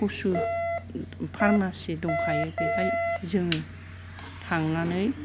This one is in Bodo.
फसु फार्मासि दंखायो बेवहाय जों थांनानै